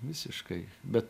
visiškai bet